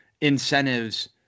incentives